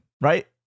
right